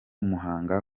muhanga